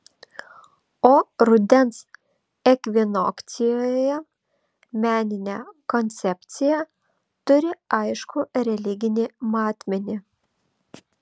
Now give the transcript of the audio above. o rudens ekvinokcijoje meninė koncepcija turi aiškų religinį matmenį